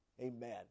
Amen